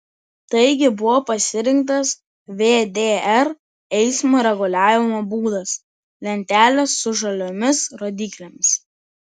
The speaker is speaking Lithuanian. taigi buvo pasirinktas vdr eismo reguliavimo būdas lentelės su žaliomis rodyklėmis